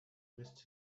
missed